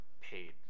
paid